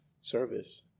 service